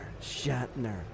Shatner